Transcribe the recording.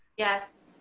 yes.